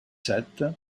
sept